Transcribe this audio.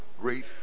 great